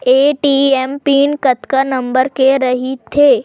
ATM pin कतका number के रही थे?